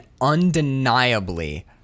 Undeniably